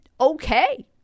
okay